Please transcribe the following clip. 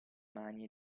mani